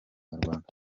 nyarwanda